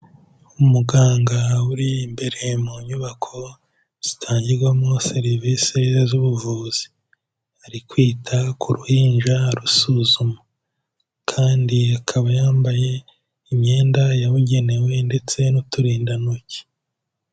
Umuganga uri imbere mu nyubako zitangirwamo serivisi z'ubuvuzi, ari kwita ku ruhinja arusuzuma, kandi akaba yambaye imyenda yabugenewe ndetse n'uturindantoki.